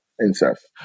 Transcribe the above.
incest